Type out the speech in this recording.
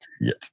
yes